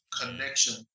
Connection